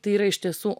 tai yra iš tiesų